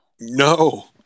no